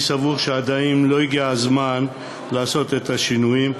אני סבור שעדיין לא הגיע הזמן לעשות את השינויים,